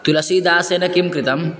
तुलसीदासेन किं कृतम्